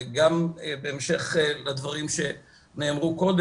היה מנגנון והייתה אפשרות במשרד